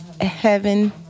Heaven